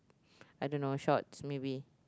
I don't know shorts maybe